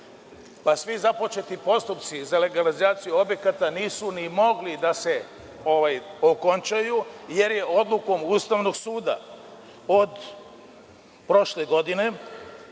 Svi započeti postupci za legalizaciju objekata nisu ni mogli da se okončaju, jer je odlukom Ustavnog suda od prošle godine,